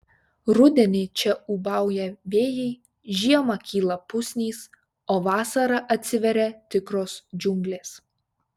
rudenį čia ūbauja vėjai žiemą kyla pusnys o vasarą atsiveria tikros džiunglės